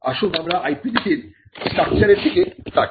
আসুন আমরা IP নীতির স্ট্রাকচারের দিকে তাকাই